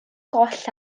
goll